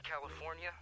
California